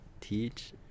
teach